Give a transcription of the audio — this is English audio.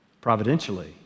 providentially